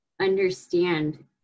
understand